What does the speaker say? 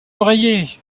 oreiller